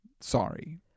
sorry